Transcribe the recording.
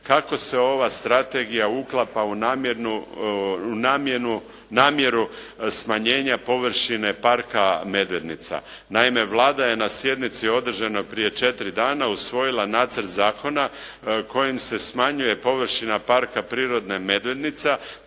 kako se ova strategija uklapa u namjeru smanjenja površine Parka "Medvednica". Naime, Vlada je na sjednici održanoj prije četiri dana usvojila nacrt zakona kojim se smanjuje površina Parka prirode "Medvednica"